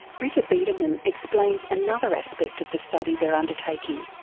britta biedermann explains another aspect of the study they're undertaking.